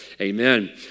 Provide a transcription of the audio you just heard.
Amen